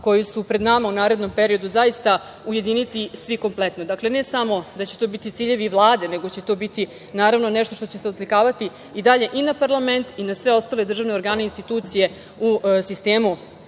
koji su pred nama, u narednom periodu zaista ujediniti svi kompletno. Dakle, ne samo da će to biti ciljevi Vlade, nego će to biti nešto što će se oslikavati i na parlament i na sve ostale državne organe i institucije u sistemu